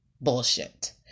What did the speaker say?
bullshit